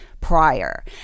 prior